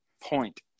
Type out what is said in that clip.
point